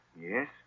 Yes